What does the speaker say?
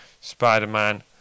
Spider-Man